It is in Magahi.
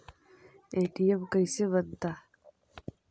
ए.टी.एम कैसे बनता?